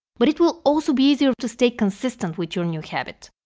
but it will also be easier to stay consistent with your new habit.